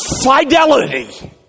fidelity